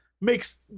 makes